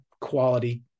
quality